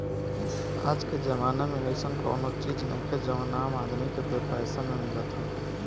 आजके जमाना में अइसन कवनो चीज नइखे जवन आम आदमी के बेपैसा में मिलत होखे